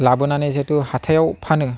लाबोनानै जेथु हाथायाव फानो